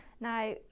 now